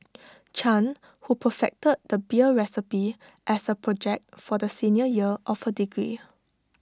chan who perfected the beer recipe as A project for the senior year of her degree